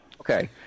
okay